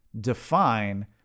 define